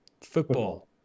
Football